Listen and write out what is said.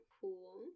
cool